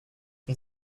and